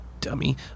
Dummy